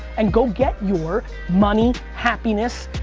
and go get your money, happiness,